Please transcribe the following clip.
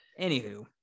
Anywho